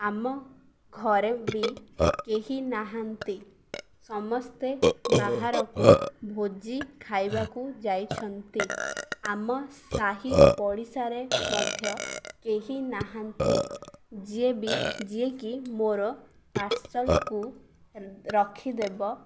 ଆମ ଘରେ ବି କେହି ନାହାନ୍ତି ସମସ୍ତେ ବାହାରକୁ ଭୋଜି ଖାଇବାକୁ ଯାଇଛନ୍ତି ଆମ ସାହି ପଡ଼ିଶାରେ ମଧ୍ୟ କେହି ନାହାନ୍ତି ଯିଏ ବି ଯିଏକି ମୋର ପାର୍ସଲ୍କୁ ରଖିଦେବ